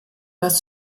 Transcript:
was